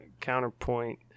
counterpoint